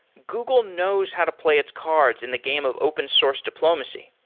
google knows how to play its cards in the game of open source diplomacy.